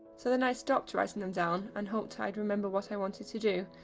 so then i stopped writing them down and hoped i'd remember what i wanted to do,